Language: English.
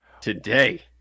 today